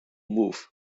move